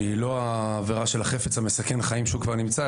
שהיא לא עבירה של חפץ מסכן חיים שכבר נמצא,